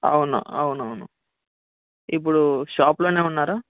అవును అవునవును ఇప్పుడు షాప్లోనే ఉన్నారా